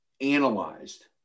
analyzed